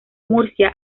murcia